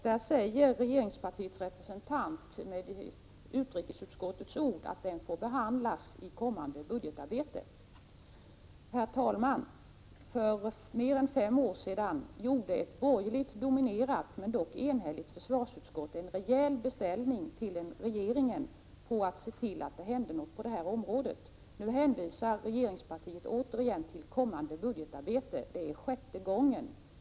Där säger regeringspartiets representant, med utrikesutskottets ord, att frågan får behandlas i kommande budgetarbete. Herr talman! För mer än fem år sedan gjorde ett borgerligt dominerat, dock enhälligt, försvarsutskott en rejäl beställning till regeringen att se till att någonting händer på detta område. Nu hänvisar regeringspartiet igen till kommande budgetarbete. Det är sjätte gången.